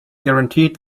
guaranteed